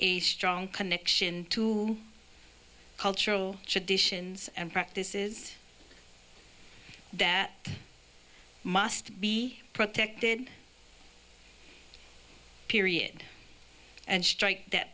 a strong connection to cultural traditions and practices that must be protected period and strike that